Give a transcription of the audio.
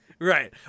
Right